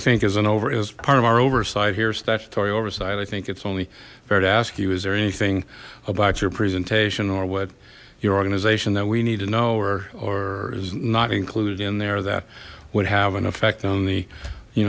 think as an over as part of our oversight here statutory oversight i think it's only fair to ask you is there anything about your presentation or what your organization that we need to know or is not included in there that would have an effect on the you